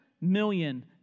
million